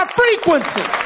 frequency